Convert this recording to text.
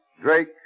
Drake